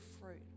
fruit